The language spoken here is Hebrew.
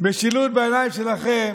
משילות בעיניים שלכם